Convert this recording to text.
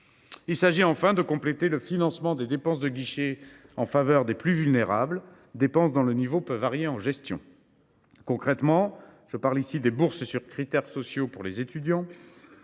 Il s’agit enfin de compléter le financement des dépenses de guichet en faveur des plus vulnérables, dont le niveau peut varier en gestion. Concrètement, cela concerne les bourses sur critères sociaux pour les étudiants,